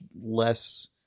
less